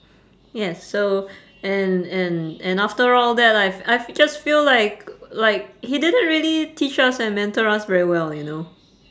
yes so and and and after all that I've I've just feel like like he didn't really teach us and mentor us very well you know